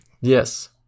Yes